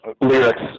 lyrics